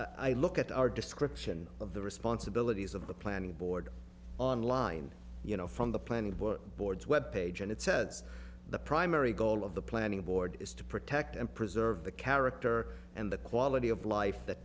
i look at our description of the responsibilities of the planning board on line you know from the planning book boards web page and it says the primary goal of the planning board is to protect and preserve the character and the quality of life that